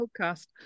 podcast